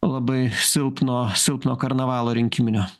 labai silpno silpno karnavalo rinkiminio